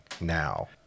now